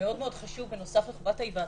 מאוד מאוד חשוב בנוסף לחובת ההיוועצות,